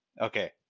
Okay